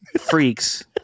freaks